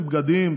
בגדים,